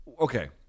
Okay